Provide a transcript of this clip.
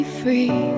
free